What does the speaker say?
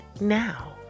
now